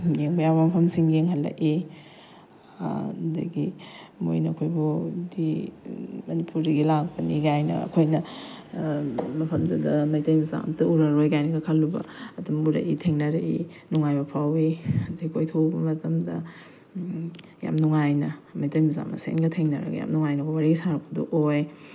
ꯌꯦꯡꯕ ꯌꯥꯕ ꯃꯐꯝꯁꯤꯡ ꯌꯦꯡꯍꯜꯂꯛꯏ ꯑꯗꯒꯤ ꯃꯣꯏꯅ ꯑꯩꯈꯣꯏꯕꯨꯗꯤ ꯃꯅꯤꯄꯨꯔꯗꯒꯤ ꯂꯥꯛꯄꯅꯤ ꯀꯥꯏꯅꯒ ꯑꯩꯈꯣꯏꯅ ꯃꯐꯝꯗꯨꯗ ꯃꯩꯇꯩ ꯃꯆꯥ ꯑꯃꯇ ꯎꯔꯔꯣꯏ ꯀꯥꯏꯅ ꯈꯜꯂꯨꯕ ꯑꯗꯨꯝ ꯎꯔꯛꯏ ꯊꯦꯡꯅꯔꯛꯏ ꯅꯨꯡꯉꯥꯏꯕ ꯐꯥꯎꯏ ꯑꯗꯒꯤ ꯀꯣꯏꯊꯣꯛꯎꯕ ꯃꯇꯝꯗ ꯌꯥꯝ ꯅꯨꯡꯉꯥꯏꯅ ꯃꯩꯇꯩ ꯃꯆꯥꯃꯁꯦꯟꯒ ꯊꯦꯡꯅꯔꯒ ꯌꯥꯝꯅ ꯅꯨꯡꯉꯥꯏꯅꯒ ꯋꯥꯔꯤ ꯁꯥꯔꯛꯄꯗꯣ ꯑꯣꯏ